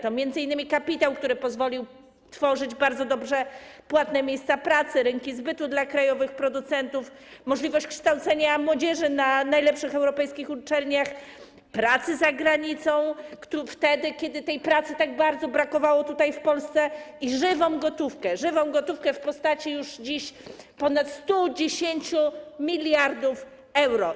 To m.in. kapitał, który pozwolił tworzyć bardzo dobrze płatne miejsca pracy, rynki zbytu dla krajowych producentów, możliwość kształcenia młodzieży na najlepszych europejskich uczelniach, pracy za granicą, wtedy kiedy tej pracy tak bardzo brakowało tutaj w Polsce, i żywą gotówkę, żywą gotówkę w postaci już dziś ponad 110 mld euro.